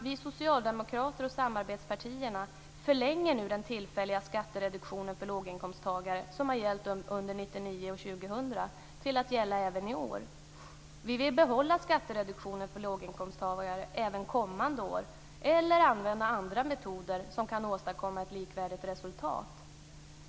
Vi socialdemokrater och samarbetspartierna förlänger nu den tillfälliga skattereduktionen för låginkomsttagare som har gällt under 1999 och 2000 till att gälla även i år. Vi vill behålla skattereduktionen för låginkomsttagare även kommande år eller använda andra metoder som kan åstadkomma ett likvärdigt resultat.